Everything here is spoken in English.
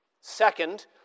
second